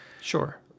Sure